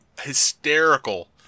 hysterical